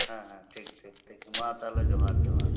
ᱦᱮᱸ ᱦᱮᱸ ᱴᱷᱤᱠ ᱴᱷᱤᱠ ᱴᱷᱤᱠ ᱢᱟ ᱛᱟᱦᱚᱞᱮ ᱡᱚᱦᱟᱨ ᱡᱚᱦᱟᱨ